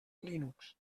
linux